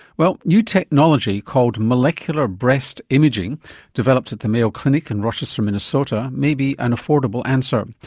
well new technology called molecular breast imaging developed at the mayo clinic in rochester minnesota may be an affordable answer.